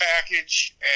package